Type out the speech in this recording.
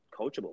coachable